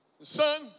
Son